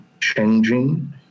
changing